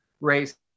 race